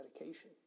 medication